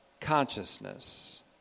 consciousness